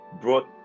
brought